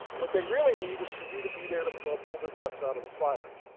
what they really need is for you to be there to pull ah pull their butts out of the fire.